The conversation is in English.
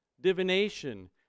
divination